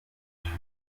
iwacu